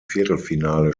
viertelfinale